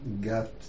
got